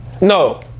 No